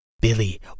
Billy